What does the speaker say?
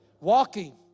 walking